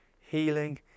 healing